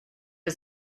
für